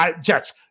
Jets